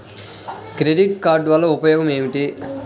Credit card వల్ల ఉపయోగం ఏమిటీ?